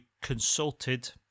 consulted